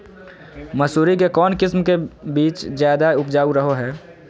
मसूरी के कौन किस्म के बीच ज्यादा उपजाऊ रहो हय?